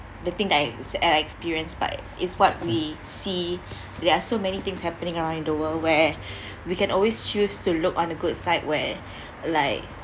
the thing that I exp~ I experienced but it's what we see there are so many things happening around the world where we can always choose to look on the good side where like